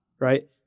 Right